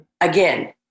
again